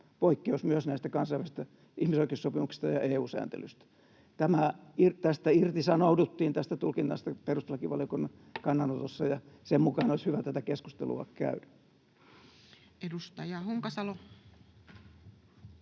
poikkeus myös näistä kansainvälisistä ihmisoikeussopimuksista ja EU-sääntelystä. Tästä tulkinnasta irtisanouduttiin perustuslakivaliokunnan kannanotossa, ja sen mukaan olisi hyvä tätä keskustelua käydä. Edustaja Honkasalo.